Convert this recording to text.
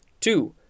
Two